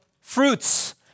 fruits